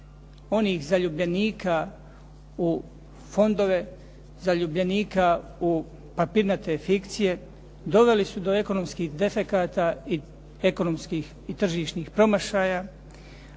onih zaljubljenika u fondove, zaljubljenika u papirnate fikcije doveli su do ekonomskih defekata i ekonomskih i tržišnih promašaja,